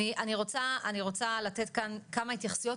אני רוצה לתת כאן כמה התייחסויות,